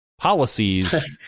policies